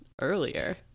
earlier